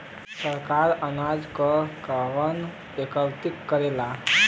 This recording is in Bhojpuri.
सरकार अनाज के कहवा एकत्रित करेला?